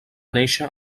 néixer